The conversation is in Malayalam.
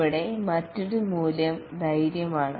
ഇവിടെ മറ്റൊരു മൂല്യം ധൈര്യമാണ്